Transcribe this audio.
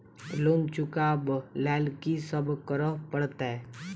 Loan चुका ब लैल की सब करऽ पड़तै?